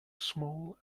small